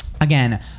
again